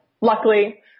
Luckily